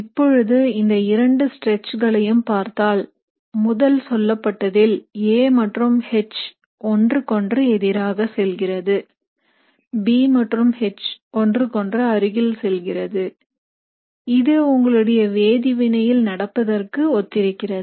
இப்பொழுது இந்த இரண்டு ஸ்ட்ரெச்களையும் பார்த்தால் முதல் சொல்லப்பட்டதில் A மற்றும் H ஒன்றுக்கொன்று எதிராக செல்கிறது B மற்றும் H ஒன்றுக்கொன்று அருகில் செல்கிறது இது உங்களுடைய வேதிவினையில் நடப்பதற்கு ஒத்திருக்கிறது